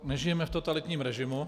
Nežijeme v totalitním režimu.